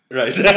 right